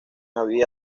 había